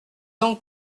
donc